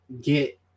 get